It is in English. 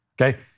Okay